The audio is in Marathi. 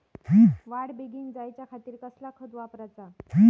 वाढ बेगीन जायच्या खातीर कसला खत वापराचा?